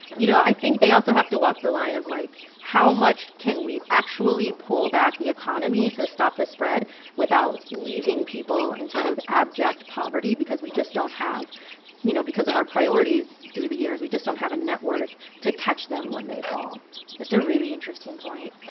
you know, i think they also have to walk the line of, like, how much can we actually pull back the economy to stop the spread without leaving people in sort of abject poverty? because we just don't have you know, because of our priorities through the years, we just don't have a network to catch them when they fall that's a really interesting point.